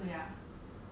orh